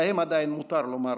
להם עדיין מותר לומר